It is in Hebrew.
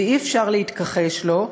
ואי-אפשר להתכחש לו,